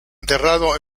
enterrado